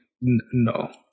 No